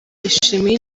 yishimiye